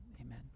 Amen